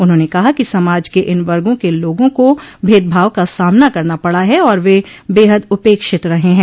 उन्होंने कहा कि समाज के इन वर्गों के लोगों को भेदभाव का सामना करना पड़ा है और वे बेहद उपेक्षित रह हैं